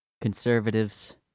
conservatives